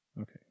Okay